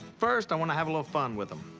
first, i wanna have a little fun with them.